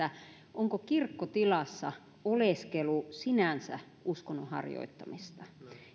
onko kirkkotilassa oleskelu sinänsä uskonnonharjoittamista